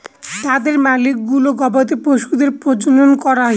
তাদের মালিকগুলো গবাদি পশুদের প্রজনন করায়